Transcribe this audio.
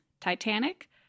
Titanic